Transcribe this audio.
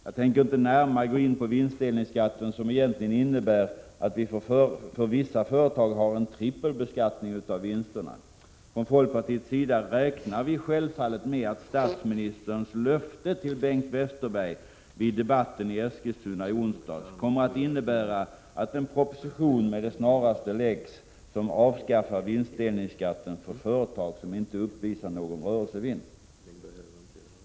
Jag tänker inte närmare gå in på vinstdelningsskatten, som egentligen innebär att vi för vissa företag har en trippelbeskattning av vinsterna. Från folkpartiets sida räknar vi självfallet med att statsministerns löfte till Bengt Westerberg vid debatten i Eskilstuna i onsdags kommer att innebära att en proposition med det snaraste läggs, med förslag att avskaffa vinstdelningsskatten för företag som inte uppvisar någon rörelsevinst.